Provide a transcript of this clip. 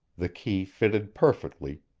the key fitted perfectly,